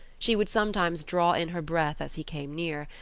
she would sometimes draw in her breath as he came near,